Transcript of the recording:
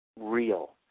real